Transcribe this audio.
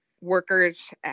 workers